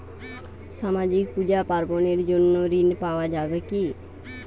সামাজিক পূজা পার্বণ এর জন্য ঋণ পাওয়া যাবে কি?